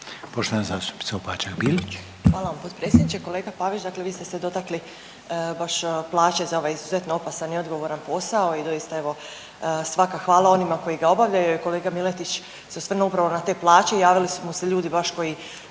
Bilić, Marina (Nezavisni)** Hvala vam potpredsjedniče. Kolega Pavić, dakle vi ste se dotakli baš plaće za ovaj izuzetno opasan i odgovoran posao i doista evo svaka hvala onima koji ga obavljaju. Kolega Miletić se osvrnuo upravo na te plaće. Javili su mu se ljudi baš koji